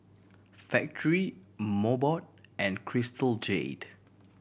Factorie Mobot and Crystal Jade